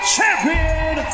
Champion